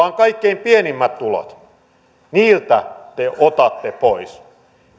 on kaikkein pienimmät tulot te otatte pois